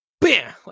bam